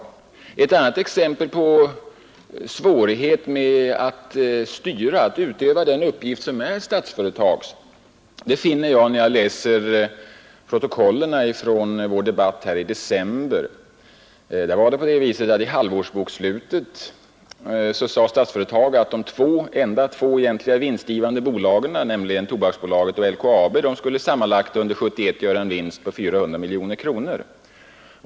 Ytterligare ett exempel på svårigheten att utöva den uppgift som är Statsföretags finner jag när jag läser protokollet från vår debatt i december. I halvårsbokslutet för Statsföretag sades att de två enda egentligen vinstgivande bolagen — Tobaksbolaget och LKAB — under 1971 skulle göra en sammanlagd vinst på 400 miljoner kronor.